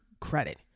credit